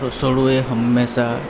રસોડું એ હંમેશા